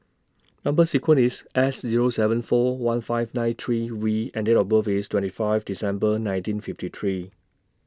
Number sequence IS S Zero seven four one five nine three V and Date of birth IS twenty five December nineteen fifty three